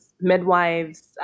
midwives